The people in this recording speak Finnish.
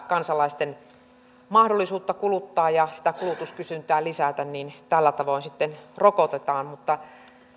kansalaisten mahdollisuutta kuluttaa ja kulutuskysynnän lisäämistä tällä tavoin sitten rokotetaan mutta